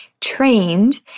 trained